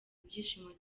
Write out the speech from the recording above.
ibyishimo